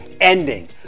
ending